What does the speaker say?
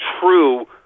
true